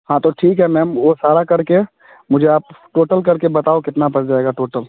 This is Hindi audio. हाँ तो ठीक है मैम वह सारा करके मुझे आप टोटल करके बताओ कितना पड़ जाएगा टोटल